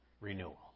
renewal